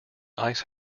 ice